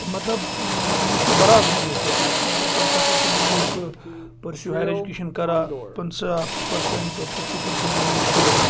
مطلب یہِ چھُ برابر یہِ پٮ۪ٹھ ییٚتہِ چھِ مطلب پَنژہ پٔرسینٹ لُکھ پٔرسو ہایر ایٚجوکیشن کران پَنژہ پٔرسنٹ پٕنژٕ پٔرسنٹ لُکھ چھِ